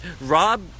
Rob